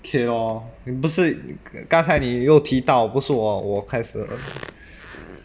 okay lor 你不是刚才你又提到不是我开始的